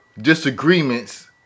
disagreements